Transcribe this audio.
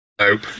Nope